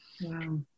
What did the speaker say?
Wow